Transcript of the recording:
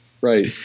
Right